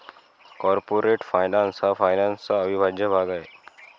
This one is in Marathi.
कॉर्पोरेट फायनान्स हा फायनान्सचा अविभाज्य भाग आहे